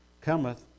cometh